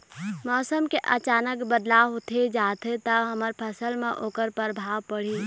मौसम के अचानक बदलाव होथे जाथे ता हमर फसल मा ओकर परभाव का पढ़ी?